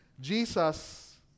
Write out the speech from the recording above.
Jesus